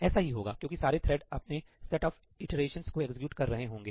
ऐसा ही होगा क्योंकि सारे थ्रेड अपने सेट ऑफ इटरेशंस को एक्जिक्यूट कर रहे होंगे